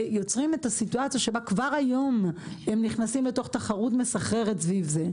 יוצרים את הסיטואציה שבה כבר היום הם נכנסים לתוך תחרות מסחררת סביב זה,